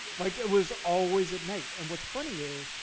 like it was always at night. and what's funny is,